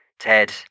Ted